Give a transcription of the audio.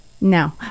No